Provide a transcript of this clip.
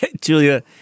Julia